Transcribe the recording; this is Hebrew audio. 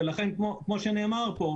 ולכן כמו שנאמר כאן,